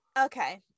okay